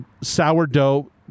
sourdough